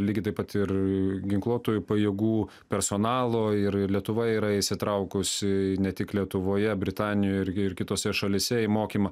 lygiai taip pat ir ginkluotųjų pajėgų personalo ir ir lietuva yra įsitraukusi ne tik lietuvoje britanijoj irgi ir kitose šalyse į mokymą